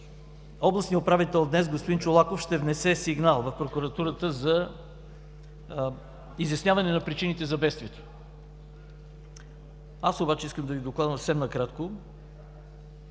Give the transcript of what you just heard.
Областният управител господин Чолаков днес ще внесе сигнал в прокуратурата за изясняване на причините за бедствието. Искам да Ви докладвам съвсем накратко,